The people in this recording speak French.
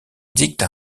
dicte